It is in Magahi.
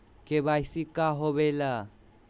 के.वाई.सी का होवेला?